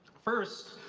first,